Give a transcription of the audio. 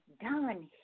done